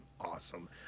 awesome